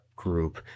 group